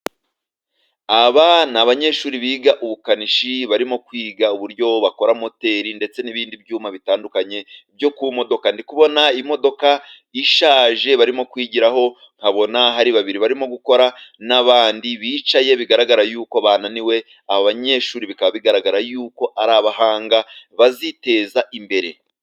Aba ni abanyeshuri biga ubukanishi, barimo kwiga uburyo bakora moteri, ndetse n'ibindi byuma bitandukanye byo ku modoka. Ndi kubona imodoka ishaje barimo kwigiraho, nkabona hari babiri barimo gukora n'abandi bicaye. Bigaragara yuko bananiwe. Aba banyeshuri bikaba bigaragara yuko ari abahanga baziteza imbere.